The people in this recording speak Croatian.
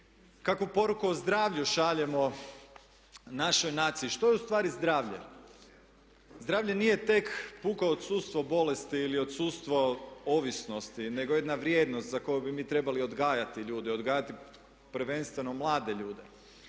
Kakvu poruku o zdravlju šaljemo našoj naciji? Što je ustvari zdravlje? Zdravlje nije tek puko odsustvo bolesti ili odsustvo ovisnosti nego jedna vrijednost za koju bi mi trebali odgajati ljude, odgajati prvenstveno mlade ljude,